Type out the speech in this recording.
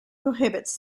prohibits